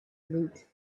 loot